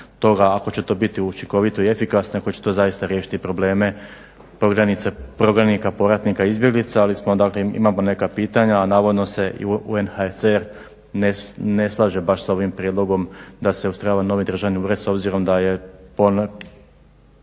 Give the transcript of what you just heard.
ako će to biti učinkovito i efikasno i ako će to zaista riješiti probleme prognanika, povratnika i izbjeglica, ali smo dakle, imamo neka pitanja. A navodno se i UNHCR ne slaže baš s ovim prijedlogom da se ustrojava novi državni ured s obzirom da je u zadnje